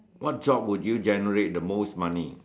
what job would you generate the most money